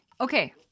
Okay